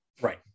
Right